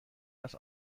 است